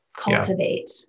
cultivate